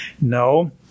No